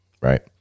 right